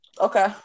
Okay